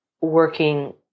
working